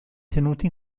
tenuti